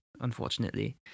unfortunately